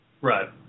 Right